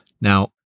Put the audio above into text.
Now